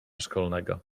szkolnego